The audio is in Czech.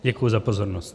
Děkuji za pozornost.